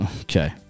Okay